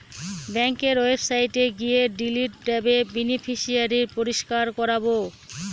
ব্যাঙ্কের ওয়েবসাইটে গিয়ে ডিলিট ট্যাবে বেনিফিশিয়ারি পরিষ্কার করাবো